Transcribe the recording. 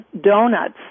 donuts